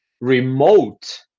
remote